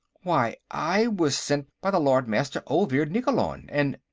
why, i was sent by the lord-master olvir nikkolon, and.